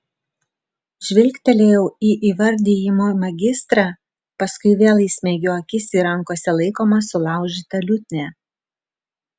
žvilgtelėjau į įvardijimo magistrą paskui vėl įsmeigiau akis į rankose laikomą sulaužytą liutnią